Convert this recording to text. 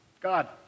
God